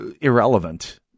Irrelevant